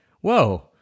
whoa